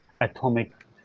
atomic